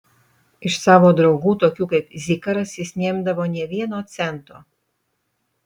iš savo draugų tokių kaip zikaras jis neimdavo nė vieno cento